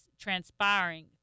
transpiring